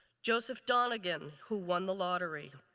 joseph donagan, who won the lottery.